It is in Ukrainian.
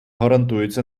гарантується